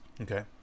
Okay